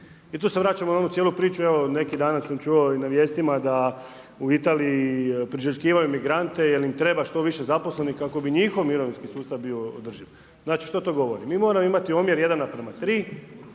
Tu se vraćamo na onu cijelu priču, neki dan sam čuo na vijestima da u Italiji priželjkivaju migrante jer im treba što više zaposlenih kako bi njihov mirovinski sustav bio održiv. Što to govori? Mi moramo imati omjer 1:3